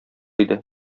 иде